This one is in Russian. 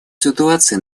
ситуации